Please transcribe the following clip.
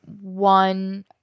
one